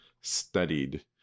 studied